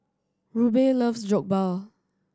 Rube loves Jokbal